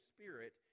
Spirit